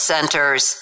Centers